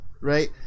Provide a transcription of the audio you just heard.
right